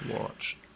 Watch